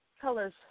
colors